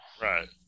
right